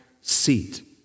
seat